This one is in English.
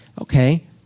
Okay